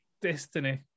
Destiny